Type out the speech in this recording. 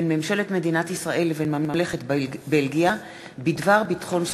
מטעם הכנסת: הצעת חוק חובת המכרזים (תיקון מס'